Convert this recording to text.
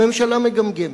הממשלה מגמגמת.